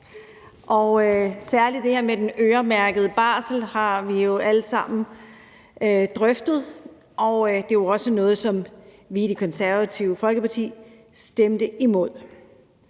og særlig det her med den øremærkede barsel har vi alle sammen drøftet, og det er jo også noget, som vi i Det Konservative Folkeparti stemte imod.